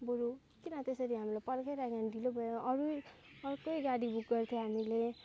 बरु किन त्यसरी हामीलाई पर्खाइ राख्यो भने ढिलो भयो अरू नै अर्कै गाडी बुक गर्थ्योँ हामीले